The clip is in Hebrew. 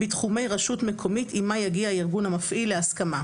בתחומי רשות מקומית עמה יגיע הארגון המפעיל להסכמה,